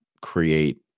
create